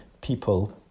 people